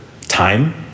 time